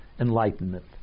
enlightenment